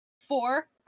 Four